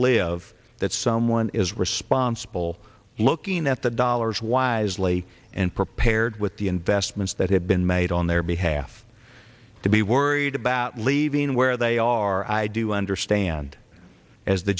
live that someone is responsible looking at the dollars wisely and prepared with the investments that have been made on their behalf to be worried about leaving where they are i do understand as the